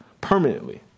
permanently